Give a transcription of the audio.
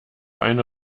eine